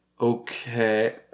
Okay